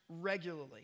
regularly